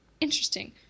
Interesting